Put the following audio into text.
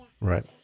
Right